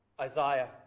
Isaiah